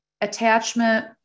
attachment